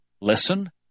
listen